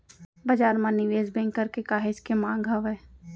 बजार म निवेस बेंकर के काहेच के मांग हावय